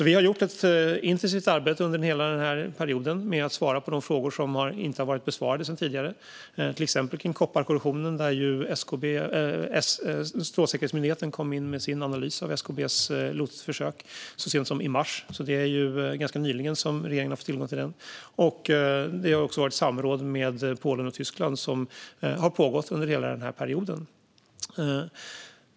Vi har gjort ett intensivt arbete under hela den här perioden med att svara på de frågor som inte är besvarade sedan tidigare, till exempel frågan om kopparkorrosion. Där kom Strålsäkerhetsmyndigheten med sin analys av SKB:s LOT-försök så sent som i mars, så det är ganska nyligen som regeringen har fått tillgång till den. Det har också varit samråd med Polen och Tyskland som har pågått under hela den här perioden.